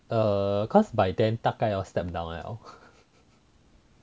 err because by then 大概有 step down 了